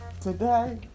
today